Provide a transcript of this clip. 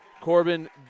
Corbin